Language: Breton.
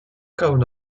kaout